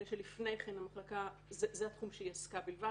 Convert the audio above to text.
(ג) בטור ב',